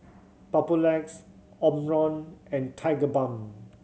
Papulex Omron and Tigerbalm